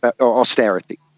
austerity